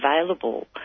available